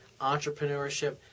entrepreneurship